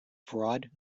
fraud